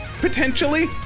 potentially